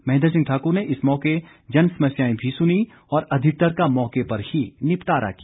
महेन्द्र सिंह ठाकुर ने इस मौके जनसमस्याएं भी सुनीं और अधिकतर का मौके पर ही निपटारा किया